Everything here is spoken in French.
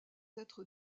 être